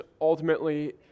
ultimately